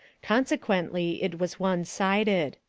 consequently, it was one sided.